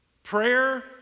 Prayer